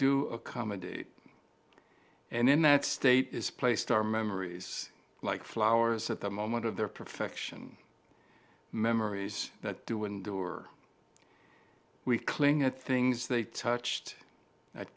do accommodate and in that state is placed our memories like flowers at the moment of their perfection memories that do endure we cling at things they touched that